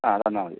ആ തന്നാൽ മതി